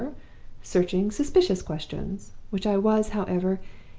searching, suspicious questions which i was, however,